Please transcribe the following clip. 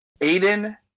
Aiden